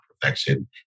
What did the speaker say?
perfection